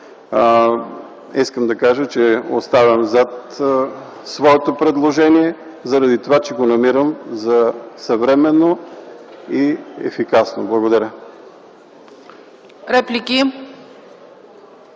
искам да кажа, че оставам зад своето предложение, заради това че го намирам за съвременно и ефикасно. Благодаря.